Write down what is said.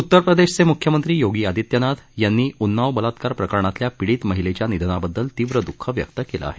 उत्तरप्रदेशचे मुख्यमंत्री योगी आदित्यनाथ यांनी उन्नाव बलात्कार प्रकरणातील पीडित महिलेच्या निधनाबद्दल तीव्र दुःख व्यक्त केलं आहे